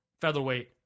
featherweight